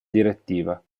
direttiva